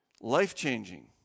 life-changing